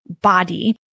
body